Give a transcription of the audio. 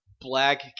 black